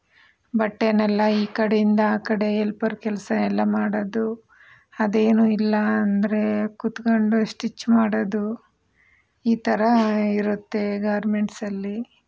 ಬಟ್ಟೆನೆಲ್ಲ ಈ ಕಡೆಯಿಂದ ಆ ಕಡೆ ಹೆಲ್ಪರ್ ಕೆಲಸ ಎಲ್ಲ ಮಾಡೋದು ಅದೇನೂ ಇಲ್ಲ ಅಂದರೆ ಕುತ್ಕೊಂಡು ಸ್ಟಿಚ್ ಮಾಡೋದು ಈ ಥರ ಇರುತ್ತೆ ಗಾರ್ಮೆಂಟ್ಸಲ್ಲಿ